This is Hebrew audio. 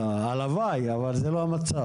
לא, הלוואי אבל זה לא המצב.